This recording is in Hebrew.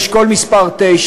אשכול מס' 9,